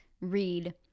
read